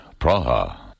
Praha